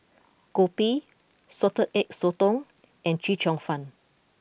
Kopi Salted Egg Sotong and Chee Cheong Fun